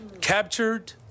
captured